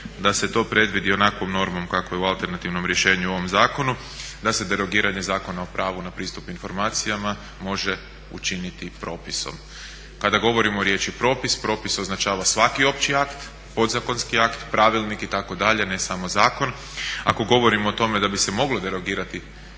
da se to predvidi onakvom normom kako je u alternativnom rješenju u ovom zakonu, da se derogiranje Zakona o pravu na pristup informacijama može učiniti propisom. Kada govorimo riječi propis, propis označava svaki opći akt, podzakonski akt, pravilnik itd., ne samo zakon. Ako govorimo o tome da bi se moglo derogirati